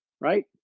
right